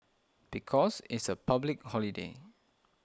because it's a public holiday